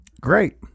Great